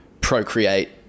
procreate